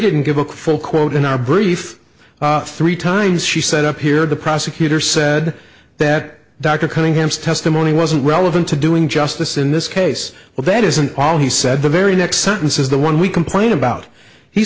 didn't give a full quote in our brief three times she said up here the prosecutor said that dr cunningham's testimony wasn't relevant to doing justice in this case but that isn't all he said the very next sentence is the one we complain about he